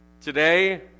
Today